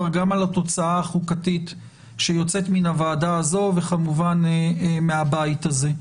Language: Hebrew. גם על התוצאה החוקתית שיוצאת מן הוועדה הזו ומהבית הזה.